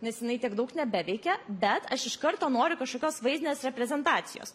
nes jinai tiek daug nebeveikia bet aš iš karto noriu kažkokios vaizdinės reprezentacijos